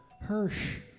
Hirsch